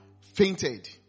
fainted